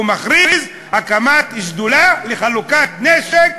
והוא מכריז: הקמת שדולה לחלוקת נשק,